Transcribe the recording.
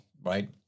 right